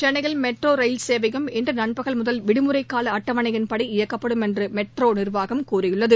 சென்னையில் metro rail சேவையும் இன்று நண்பகல் முதல் விடுமுறை கால அட்டவணையின்படி இயக்கப்படும் என்று மெட்ரோ நிர்வாகம் தெரிவித்துள்ளது